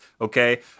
okay